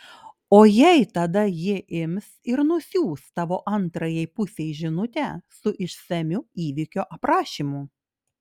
o jei tada ji ims ir nusiųs tavo antrajai pusei žinutę su išsamiu įvykio aprašymu